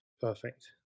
Perfect